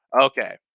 Okay